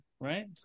right